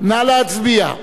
מי בעד האי-אמון?